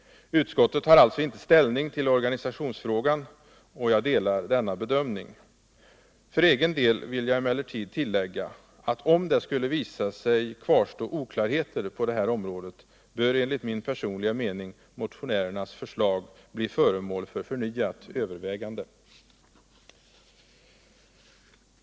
Utskottet tar alltså inte ställning till organisationsfrågan, och jag delar denna bedömning. För egen del vill jag emellertid tillägga att om det skulle visa sig kvarstå oklarheter på detta område bör enligt min personliga mening motionärernas förslag bli föremål för förnvat övervägande.